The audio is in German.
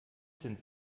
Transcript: sind